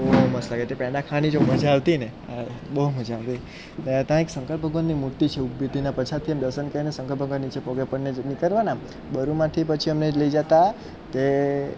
બહુ મસ્ત લાગે તે પેંડા ખાવાની જો મજા આવતીને એ બહુ મજા આવતી ત્યાં એક શંકર ભગવાનની મૂર્તિ છે ઉભી તેના પડછાયાથી અમે દર્શન કરીને શંકર ભગવાનની જે પગે પડીને જે નીકળીએને આમ બરુમાંથી પછી અમને લઈ જતા તે